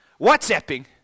WhatsApping